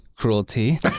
cruelty